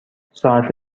ساعت